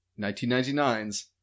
1999's